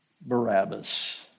Barabbas